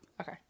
Okay